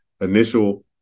initial